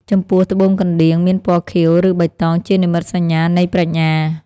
ចំពោះ ត្បូងកណ្ដៀងមានពណ៌ខៀវ ឬបៃតងជានិមិត្តសញ្ញានៃប្រាជ្ញា។